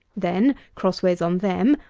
then, crossways on them,